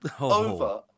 over